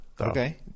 okay